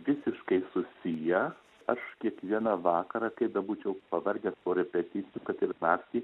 visiškai susiję aš kiekvieną vakarą kaip bebūčiau pavargęs po repeticijų kad ir naktį